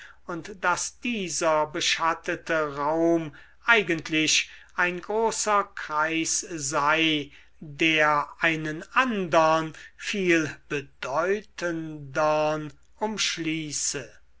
und daß dieser beschattete raum eigentlich ein großer kreis sei der einen andern viel bedeutendern umschließe